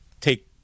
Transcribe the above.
take